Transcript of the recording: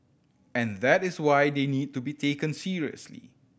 and that is why they need to be taken seriously